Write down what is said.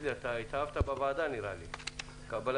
אני מתכבד